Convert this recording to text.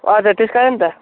हजुर त्यस कारण त